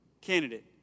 candidate